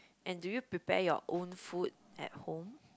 and do you prepare your own food at home